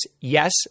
yes